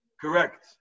Correct